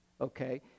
Okay